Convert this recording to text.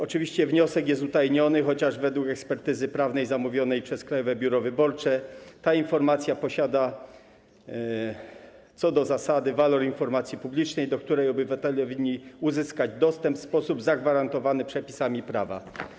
Oczywiście wniosek jest utajniony, chociaż według ekspertyzy prawnej zamówionej przez Krajowe Biuro Wyborcze ta informacja posiada co do zasady walor informacji publicznej, do której obywatele winni uzyskać dostęp w sposób zagwarantowany przepisami prawa.